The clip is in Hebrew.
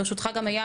ברשותך גם איל,